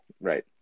Right